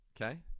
Okay